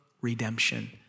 redemption